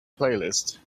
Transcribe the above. playlist